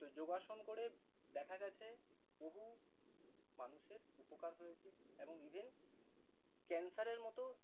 তো যোগাসন করে দেখা গেছে বহু মানুষের উপকার হয়েছে এবং ইভেন ক্যান্সারের মতোও